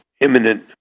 imminent